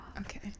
Okay